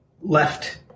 left